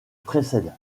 précède